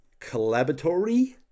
Collaboratory